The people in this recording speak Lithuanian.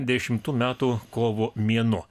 dešimtų metų kovo mėnuo